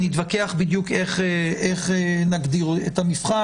ונתווכח איך בדיוק נגדיר את המבחן.